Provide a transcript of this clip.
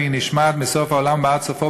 והיא נשמעת מסוף העולם ועד סופו,